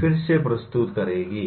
फिर से प्रस्तुत करेगी